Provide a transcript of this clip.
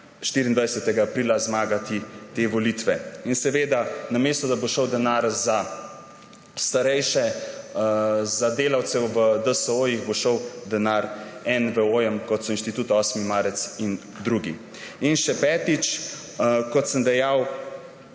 24. aprila zmagati te volitve. Namesto da bo šel denar za starejše, za delavce v DSO, bo šel denar NVO, kot so Inštitut 8. marec in drugi. In še petič. Kot sem dejal,